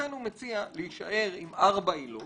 לכן הוא מציע להישאר עם ארבע עילות,